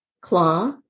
claw